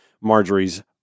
Marjorie's